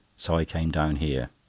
so i came down here.